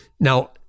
Now